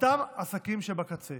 אותם עסקים שבקצה.